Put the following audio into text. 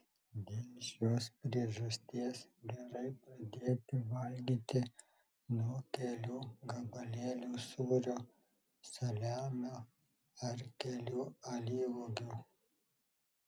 dėl šios priežasties gerai pradėti valgyti nuo kelių gabalėlių sūrio saliamio ar kelių alyvuogių